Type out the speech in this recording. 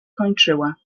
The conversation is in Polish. kończyła